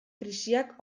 krisiak